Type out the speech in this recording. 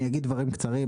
אני אגיד דברים קצרים,